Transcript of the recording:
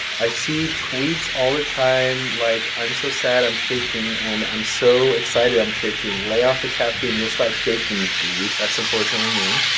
i see tweets all the time like i'm so sad i'm shaking and i'm so excited i'm shaking lay off the caffeine and you'll stop shaking, dude. that's unfortunately me.